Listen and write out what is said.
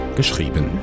geschrieben